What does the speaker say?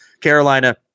Carolina